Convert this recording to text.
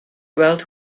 gweld